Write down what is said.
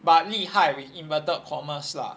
but 厉害 with inverted commas lah